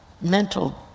mental